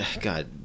God